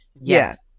yes